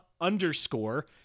underscore